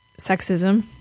sexism